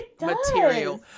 material